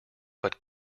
but